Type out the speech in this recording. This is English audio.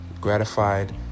gratified